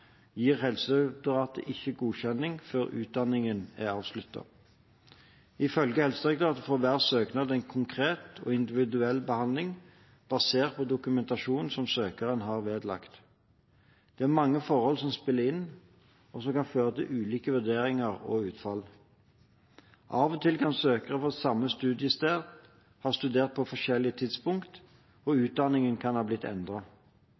gir Helsedirektoratet ikke godkjenning før utdanningen er avsluttet. Ifølge Helsedirektoratet får hver søknad en konkret og individuell behandling basert på dokumentasjonen som søkeren har vedlagt. Det er mange forhold som spiller inn, og som kan føre til ulike vurderinger og utfall. Av og til kan søkere fra samme studiested ha studert på forskjellige tidspunkt, og utdanningen kan ha blitt